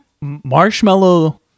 Marshmallow